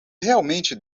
realmente